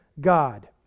God